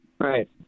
Right